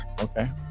okay